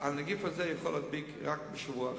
הנגיף הזה יכול להדביק רק שבוע אחד,